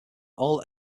all